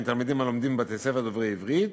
תלמידים הלומדים בבתי-ספר דוברי עברית